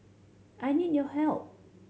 I need your help